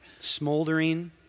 Smoldering